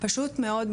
פשוט מאוד,